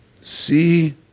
See